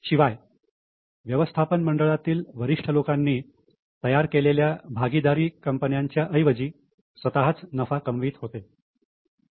शिवाय व्यवस्थापन मंडळातील वरिष्ठ लोकांनी तयार केलेल्या भागीदारी कंपनीच्या ऐवजी स्वतःच नफा कमवीत होत्या